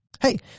hey